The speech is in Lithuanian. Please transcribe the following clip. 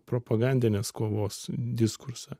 propagandinės kovos diskursą